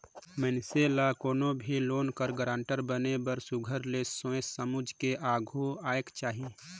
मइनसे ल कोनो भी लोन कर गारंटर बने बर सुग्घर ले सोंएच समुझ के आघु आएक चाही